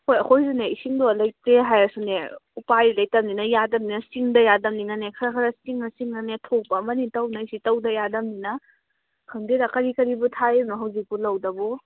ꯍꯣꯏ ꯑꯩꯈꯣꯏꯁꯨꯅꯦ ꯏꯁꯤꯡꯗꯣ ꯂꯩꯇꯦ ꯍꯥꯏꯔꯁꯨꯅꯦ ꯎꯄꯥꯏ ꯂꯩꯇꯃꯤꯅ ꯌꯥꯗꯃꯤꯅ ꯆꯤꯡꯗ ꯌꯥꯗꯃꯤꯅꯅꯦ ꯈꯔ ꯈꯔ ꯆꯤꯡꯉ ꯆꯤꯡꯉꯒꯅꯦ ꯊꯣꯛꯄ ꯑꯃꯅꯤ ꯇꯧꯅꯩꯁꯤ ꯇꯧꯗ ꯌꯥꯗꯝꯅꯤꯅ ꯈꯪꯗꯦꯗ ꯀꯔꯤ ꯀꯔꯤꯕꯨ ꯊꯥꯔꯤꯅꯣ ꯍꯧꯖꯤꯛꯄꯨ ꯂꯧꯗꯕꯨ